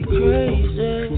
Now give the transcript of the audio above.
crazy